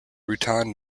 rutan